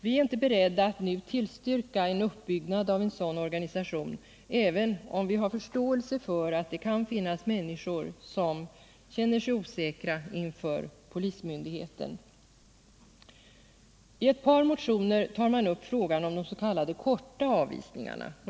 Vi är inte beredda att nu tillstyrka en uppbyggnad av en sådan organisation, även om vi har förståelse för att det kan finnas människor som kan känna sig osäkra inför polismyndigheten. I ett par motioner tar man upp frågan om de s.k. korta avvisningarna.